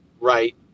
right